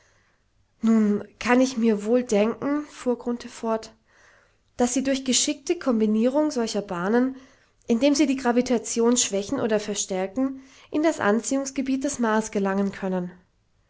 nun kann ich mir wohl denken fuhr grunthe fort daß sie durch geschickte kombinierung solcher bahnen indem sie die gravitation schwächen oder verstärken in das anziehungsgebiet des mars gelangen können